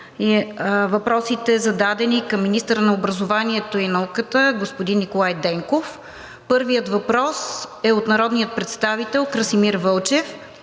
въпросите, зададени към министъра на образованието и науката господин Николай Денков. Първият въпрос е от народния представител Красимир Вълчев